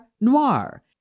Noir